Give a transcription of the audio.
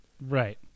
Right